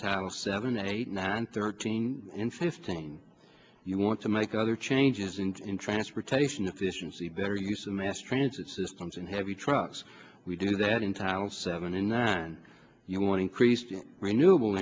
title seven eight nine thirteen in fifteen you want to make other changes and in transportation efficiency better use of mass transit systems and heavy trucks we do that in titles seven and nine you want to increase renewable